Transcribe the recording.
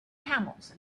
camels